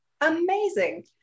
amazing